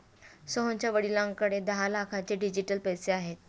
सोहनच्या वडिलांकडे दहा लाखांचे डिजिटल पैसे आहेत